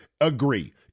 agree